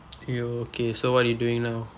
okay so what you doing now